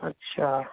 अच्छा